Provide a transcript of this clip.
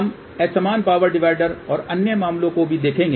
हम असमान power divider और अन्य मामलों को भी देखेंगे